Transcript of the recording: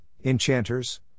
enchanters